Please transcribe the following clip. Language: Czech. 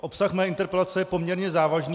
Obsah mé interpelace je poměrně závažný.